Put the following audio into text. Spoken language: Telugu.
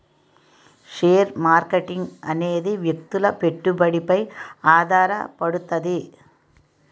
షేర్ మార్కెటింగ్ అనేది వ్యక్తుల పెట్టుబడిపై ఆధారపడుతది